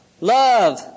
Love